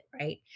right